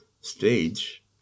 stage